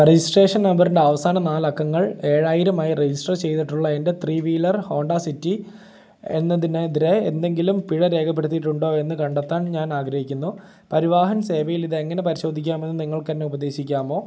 registration നമ്പറിൻ്റെ അവസാന നാലക്കങ്ങൾ ഏഴായിരം ആയി രജിസ്റ്റർ ചെയ്തിട്ടുള്ള എൻ്റെ ത്രീ വീലർ ഹോണ്ട സിറ്റി എന്നതിനെതിരെ എന്തെങ്കിലും പിഴ രേഖപ്പെടുത്തിയിട്ടുണ്ടോ എന്ന് കണ്ടെത്താൻ ഞാൻ ആഗ്രഹിക്കുന്നു പരിവാഹൻ സേവയിൽ ഇതെങ്ങനെ പരിശോധിക്കാമെന്ന് നിങ്ങൾക്കെന്നെ ഉപദേശിക്കാമോ